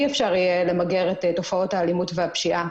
אי אפשר יהיה למגר את תופעות האלימות והפשיעה.